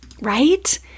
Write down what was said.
Right